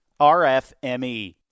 RFME